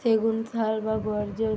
সেগুন, শাল বা গর্জন